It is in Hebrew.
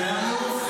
סיימנו?